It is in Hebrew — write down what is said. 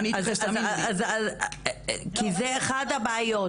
כי זה אחד הבעיות,